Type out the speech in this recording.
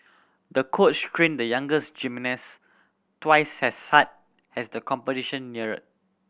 the coach trained the younger gymnast twice as hard as the competition neared